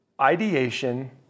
ideation